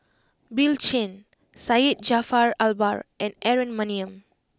Bill Chen Syed Jaafar Albar and Aaron Maniam